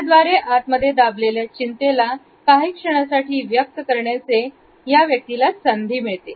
याद्वारे आत मध्ये दबलेल्या चिंतेला काही क्षणासाठी व्यक्त करण्याचे या व्यक्तीला संधी मिळते